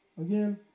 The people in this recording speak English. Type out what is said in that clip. Again